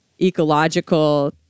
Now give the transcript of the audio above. ecological